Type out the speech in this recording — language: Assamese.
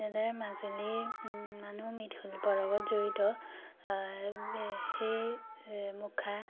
তেনেদৰে মাজুলীৰ মানুহ মৃৎ শিল্পৰ লগত জড়িত সেই মুখা